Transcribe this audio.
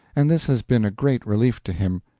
and this has been a great relief to him,